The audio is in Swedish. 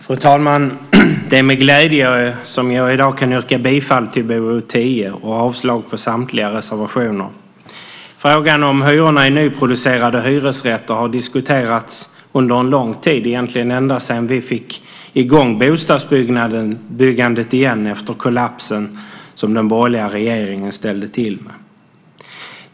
Fru talman! Det är med glädje som jag i dag kan yrka bifall till BoU 10 och avslag på samtliga reservationer. Frågan om hyrorna i nyproducerade hyresrätter har diskuterats under lång tid, egentligen ända sedan vi fick i gång bostadsbyggandet efter den kollaps som den borgerliga regeringen ställde till med.